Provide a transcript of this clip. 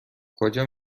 کجا